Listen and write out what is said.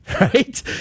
Right